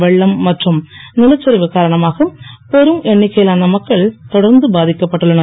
வெள்ளம் மற்றும் நிலச்சரிவு காரணமாக பெரும் எண்ணிக்கையிலான மக்கள் தொடர்ந்து பாதிக்கப்பட்டுள்ளனர்